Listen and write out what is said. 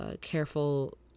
careful